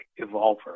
evolver